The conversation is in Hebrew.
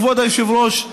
כבוד היושב-ראש,